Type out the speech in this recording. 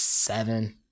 Seven